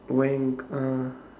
uh